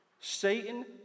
Satan